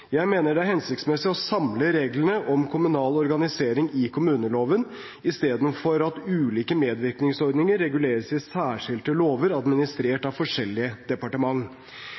Jeg mener det er hensiktsmessig å samle reglene om kommunal organisering i kommuneloven, i stedet for at ulike medvirkningsordninger reguleres i særskilte lover, administrert av forskjellige